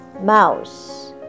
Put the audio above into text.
mouse